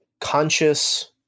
conscious